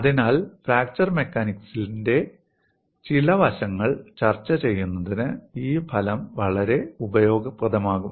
അതിനാൽ ഫ്രാക്ചർ മെക്കാനിക്സിന്റെ ചില വശങ്ങൾ ചർച്ച ചെയ്യുന്നതിന് ഈ ഫലം വളരെ ഉപയോഗപ്രദമാകും